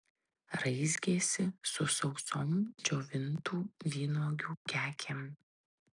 raizgėsi su sausom džiovintų vynuogių kekėm